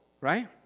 right